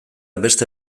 beste